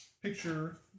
picture